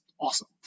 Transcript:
awesome